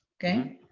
okay.